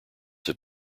have